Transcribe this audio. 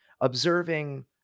observing